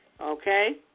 Okay